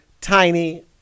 Tiny